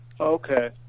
okay